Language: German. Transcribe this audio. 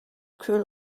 kühl